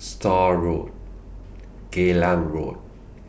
Stores Road Geylang Road